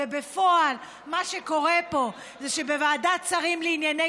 ובפועל מה שקורה פה זה שוועדת שרים לענייני